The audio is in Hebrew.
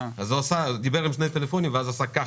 אז הוא דיבר עם שני טלפונים ואז עשה ככה,